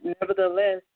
nevertheless